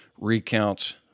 recounts